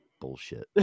Bullshit